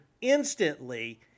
instantly